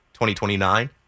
2029